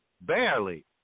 Barely